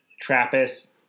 Trappist